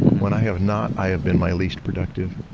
when i have not i have been my least productive.